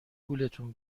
گولتون